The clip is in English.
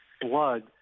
blood